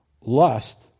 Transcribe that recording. Lust